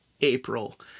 April